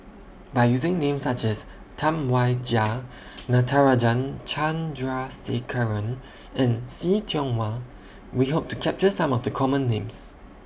By using Names such as Tam Wai Jia Natarajan Chandrasekaran and See Tiong Wah We Hope to capture Some of The Common Names